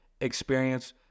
experience